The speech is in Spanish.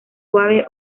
suave